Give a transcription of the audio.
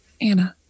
Anna